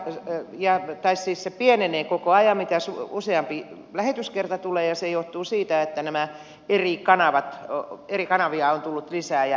tekijänoikeuksien maksu pienenee koko ajan mitä useampi lähetyskerta tulee ja se johtuu siitä että eri kanavia on tullut lisää ja lähetetään enemmän